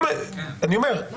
אני אומר,